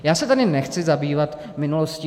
Já se tady nechci zabývat minulostí.